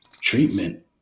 treatment